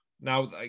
now